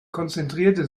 konzentrierte